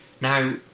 Now